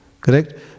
correct